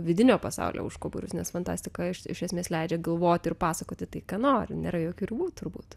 vidinio pasaulio užkaborius nes fantastika iš iš esmės leidžia galvot ir pasakoti tai ką nori nėra jokių ribų turbūt